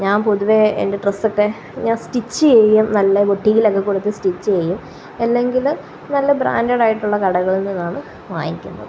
ഞാന് പൊതുവേ എന്റെ ഡ്രസ്സൊക്കെ ഞാന് സ്റ്റിച്ച് ചെയ്യും നല്ല ബുടീക്കിലൊക്കെ കൊടുത്ത് സ്റ്റിച്ച് ചെയ്യും അല്ലെങ്കില് നല്ല ബ്രാന്ഡായിട്ടുള്ള കടകളില് നിന്നാണ് വാങ്ങിക്കുന്നത്